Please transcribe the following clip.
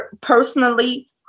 personally